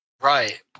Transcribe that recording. right